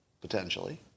potentially